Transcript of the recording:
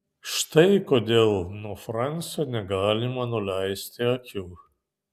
štai kodėl nuo fransio negalime nuleisti akių